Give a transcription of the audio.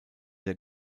der